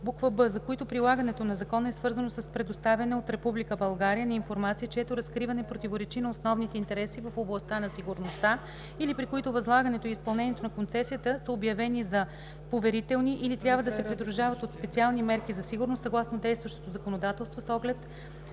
б) за които прилагането на закона е свързано с предоставяне от Република България на информация, чието разкриване противоречи на основните интереси в областта на сигурността или при които възлагането и изпълнението на концесията са обявени за поверителни или трябва да се придружават от специални мерки за сигурност съгласно действащото законодателство с оглед